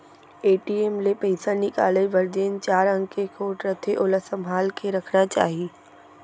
ATM ले पइसा निकाले बर जेन चार अंक के कोड रथे ओला संभाल के रखना चाही